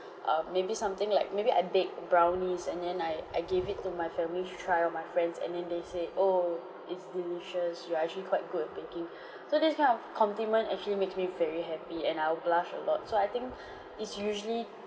err maybe something like maybe I bake brownies and then I I gave it to my family to try or my friends and then they say oh it's delicious you are actually quite good at baking so this kind of complement actually makes me very happy and I'll blush a lot so I think it's usually